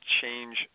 change